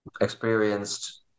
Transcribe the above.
experienced